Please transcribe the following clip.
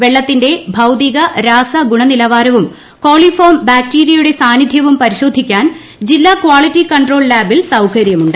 വെള്ളത്തിന്റെ ഭൌതിക രാസ ഗുണനിലവാരവും കോളി ഫോം ബാക്ടീരിയയുടെ സാന്നിധ്യവും പരിശോധിക്കാൻ ജില്ലാ കാളിറ്റി കൺട്രോൾ ലാബിൽ സൌകര്യമുണ്ട്